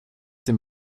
dem